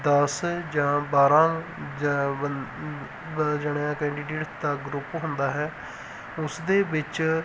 ਦਸ ਜਾਂ ਬਾਰਾਂ ਜਿਹੜਾ ਕੈਂਡੀਡੇਟਸ ਦਾ ਗਰੁੱਪ ਹੁੰਦਾ ਹੈ ਉਸ ਦੇ ਵਿੱਚ